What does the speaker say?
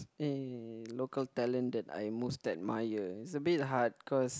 I most admire uh local talent that I most admire is a bit hard cause